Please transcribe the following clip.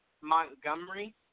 Montgomery